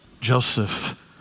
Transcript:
Joseph